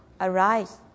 arise